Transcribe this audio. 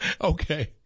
Okay